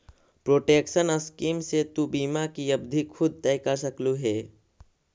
protection scheme से तु बीमा की अवधि खुद तय कर सकलू हे